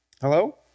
Hello